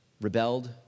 rebelled